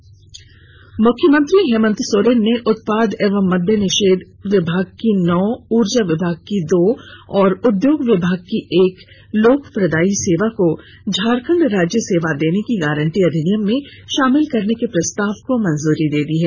मूख्यमंत्री हेमन्त सोरेन ने उत्पाद एवं मद्यनिषेध विभाग की नौ ऊर्जा विभाग की दो और उद्योग विभाग की एक लोक प्रदायी सेवा को झारखंड राज्य सेवा देने की गारंटी अधिनियम में शामिल करने के प्रस्ताव को मंजूरी दे दी है